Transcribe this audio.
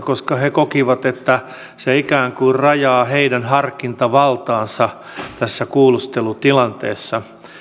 koska he kokivat että se ikään kuin rajaa heidän harkintavaltaansa tässä kuulustelutilanteessa